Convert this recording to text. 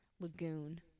Lagoon